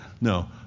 No